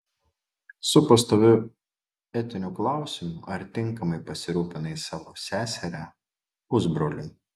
su pastoviu etiniu klausimu ar tinkamai pasirūpinai savo seseria pusbroliu